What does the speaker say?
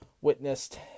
witnessed